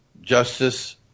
Justice